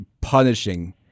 punishing